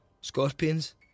Scorpions